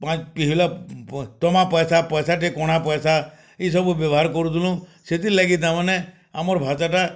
ପାଞ୍ଚ ଟଙ୍କା ପଇସା ପଇସା ଟିକେ କଣା ପଇସା ଇ ସବୁ ବ୍ୟବହାର କରୁଥିନୁ ସେଥିର୍ ଲାଗି ତାମାନେ ଆମର ଭାଷା ଟା